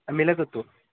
மிளகுத் தூள்